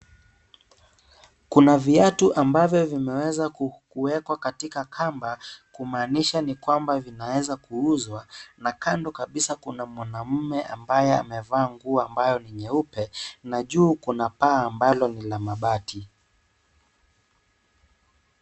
Kuna viatu ambavyo vimeweza kuwekwa katika kamba. Kumaanisha nikwamba vinaweza kuuzwa, na kando kabisa kuna mwanaume ambaye amevaa nguo ambayo ni nyeupe na juu kuna paa ambalo ni la mabati.